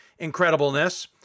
incredibleness